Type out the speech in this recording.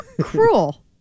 cruel